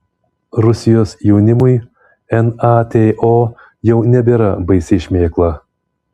rusijos jaunimui nato jau nebėra baisi šmėkla